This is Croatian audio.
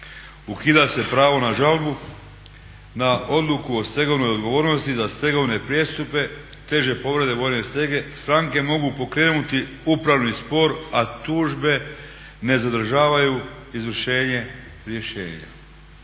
Ukida se pravo na žalbu na odluku o stegovnoj odgovornosti za stegovne prijestupe, teže povrede vojne stege. Stranke mogu pokrenuti upravni spor, a tužbe ne zadržavaju izvršenje rješenja.